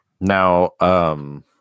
Now